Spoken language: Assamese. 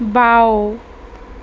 বাওঁ